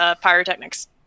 pyrotechnics